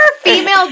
female